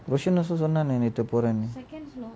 roshan also சொன்னான் நேத்து போறேன்னு:sonnan nethu poraennu